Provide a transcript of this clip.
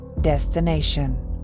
destination